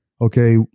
okay